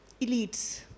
elites